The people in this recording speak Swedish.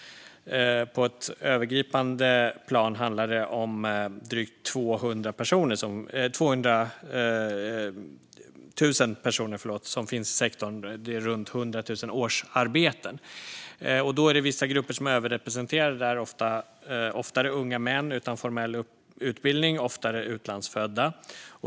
På ett övergripande plan handlar det om drygt 200 000 personer som finns i sektorn, runt 100 000 årsarbeten. Vissa grupper är överrepresenterade, och det är oftare unga män utan formell utbildning och utlandsfödda.